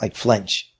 like flinch.